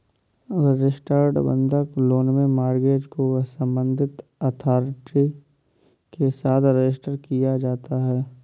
registered बंधक loan में mortgage को संबंधित अथॉरिटी के साथ रजिस्टर किया जाता है